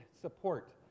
support